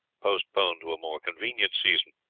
postponed to a more convenient season.